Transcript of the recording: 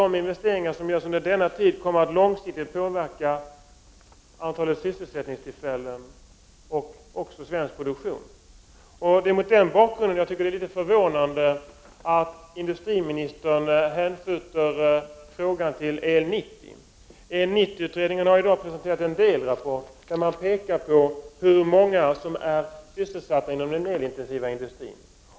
De investeringar som görs under denna tid kommer nämligen att långsiktigt påverka antalet sysselsättningstillfällen och den svenska produktionen. Det är mot den bakgrunden som det är förvånande att industriministern hänskjuter frågan till utredningen El 90. El-utredningen har i dag presenterat en delrapport där man pekar på hur många som är sysselsatta inom den elintensiva industrin.